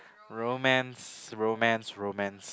romance romance romance